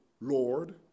Lord